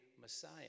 Messiah